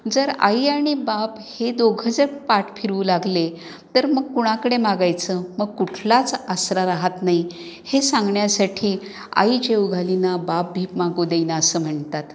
जर आई आणि बाप हे दोघं जर पाठ फिरवू लागले तर मग कुणाकडे मागायचं मग कुठलाच आसरा राहत नाही हे सांगण्यासाठी आई जेवू घालीना बाप भीप मागू देईना असं म्हणतात